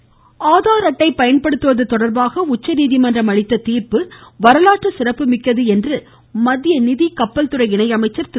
ராதாகிருஷ்ணன் ஆதார் அட்டை பயன்படுத்துவது தொடர்பாக உச்சநீதிமன்றம் அளித்த தீர்ப்பு வரலாற்று சிறப்பு மிக்கது என்று மத்திய நிதி மற்றும் கப்பல் துறை இணை அமைச்சர் திரு